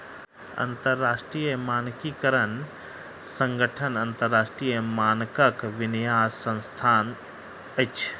अंतरराष्ट्रीय मानकीकरण संगठन अन्तरराष्ट्रीय मानकक विन्यास संस्थान अछि